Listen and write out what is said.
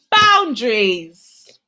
boundaries